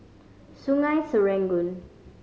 Sungei Serangoon